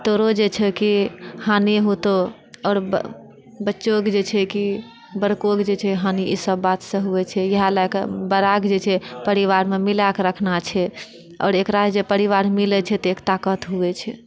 तोरो जे छै कि हानि होतौ आओर बच्चोकेँ जे छै कि बड़कोके जे छै हानि ईसभ बातसँ होइत छै इएह लए कऽ बड़ाके जे छै परिवारकेँ मिला कऽ राखना छै आओर एकरा जे परिवार मिलैत छै तऽ ताकत होइत छै